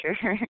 sure